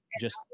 just-